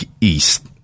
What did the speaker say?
east